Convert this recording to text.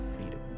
freedom